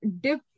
dip